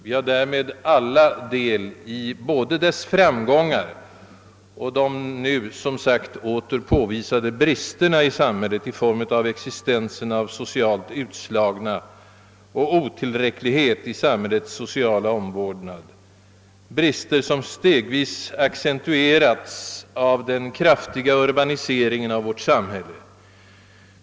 Därmed har vi alla del i både detta arbetes framgångar och de nu som sagt åter påvisade bristerna i samhället i form av både existensen av socialt utslagna och otillräckligheten i samhällets sociala omvårdnad. Det är brister som stegvis har accentuerats av den kraftiga urbaniseringen av vårt samhälle.